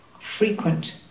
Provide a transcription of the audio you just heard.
frequent